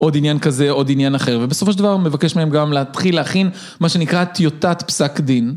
עוד עניין כזה עוד עניין אחר ובסופו של דבר מבקש מהם גם להתחיל להכין מה שנקרא טיוטת פסק דין